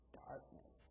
darkness